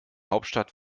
hauptstadt